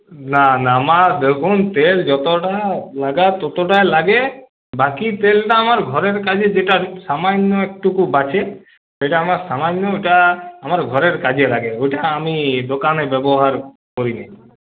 না না আমার দেখুন আমার তেল যতটা লাগার ততোটা লাগে বাকি তেলটা আমার ঘরের কাজে যেটা সামান্য একটুকু বাঁচে সেটা আমার সামান্য ওটা আমার ঘরের কাজে লাগে ওটা আমি দোকানে ব্যবহার করি নি